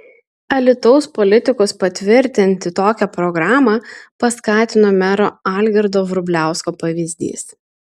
alytaus politikus patvirtinti tokią programą paskatino mero algirdo vrubliausko pavyzdys